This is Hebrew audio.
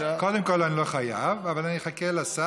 קודם כול, אני לא חייב, אבל אני אחכה לשר.